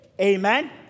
Amen